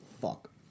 fuck